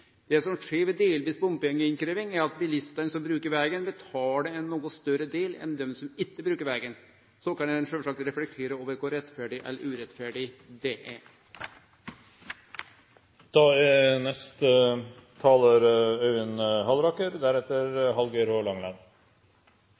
Det som skjer ved delvis bompengeinnkrevjing, er at bilistane som bruker vegen, betaler ein noko større del enn dei som ikkje bruker vegen. Så kan ein sjølvsagt reflektere over kor rettferdig eller urettferdig det er.